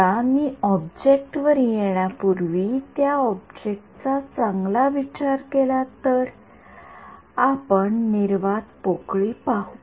आता मी ऑब्जेक्ट वर येण्यापूर्वी त्या ऑब्जेक्टचा चांगला विचार केला तर आपण निर्वात पोकळी पाहू